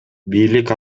бийлик